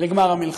לגמר המלחמה.